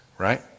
Right